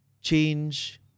change